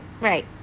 Right